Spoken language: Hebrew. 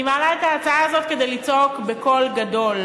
אני מעלה את ההצעה הזאת כדי לצעוק בקול גדול